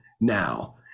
now